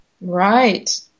Right